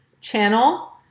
channel